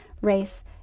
race